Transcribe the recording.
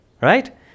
Right